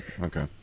Okay